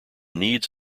needs